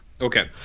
Okay